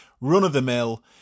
run-of-the-mill